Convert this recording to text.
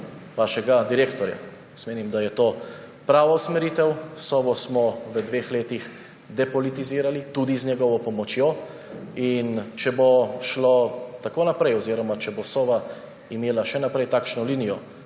Sove za namestnika. Menim, da je to prava usmeritev. Sovo smo v dveh letih depolitizirali tudi z njegovo pomočjo. In če bo šlo tako naprej oziroma če bo Sova imela še naprej takšno linijo